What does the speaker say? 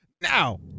now